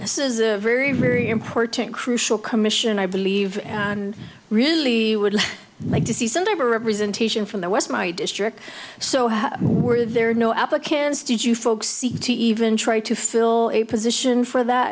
this is a very very important crucial commission i believe and really would like to see something of a representation from the west my district so where there are no applications did you folks to even try to fill a position for that